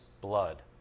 blood